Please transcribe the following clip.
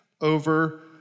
over